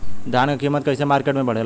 धान क कीमत कईसे मार्केट में बड़ेला?